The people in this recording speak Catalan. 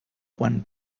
quan